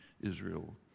Israel